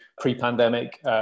pre-pandemic